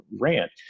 rant